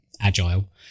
agile